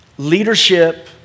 Leadership